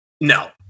No